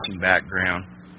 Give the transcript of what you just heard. background